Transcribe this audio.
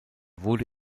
wurde